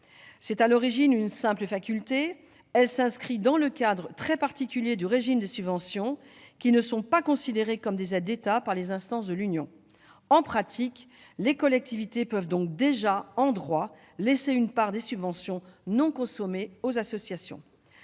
à l'origine à une simple faculté. Elle s'inscrit dans le cadre très particulier du régime des subventions, qui ne sont pas considérées comme des aides d'État par les instances de l'Union. En pratique, les collectivités peuvent donc déjà, en droit, laisser une part des subventions non consommées aux associations.